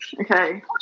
Okay